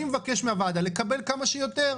אני מבקש מהוועדה לקבל כמה שיותר,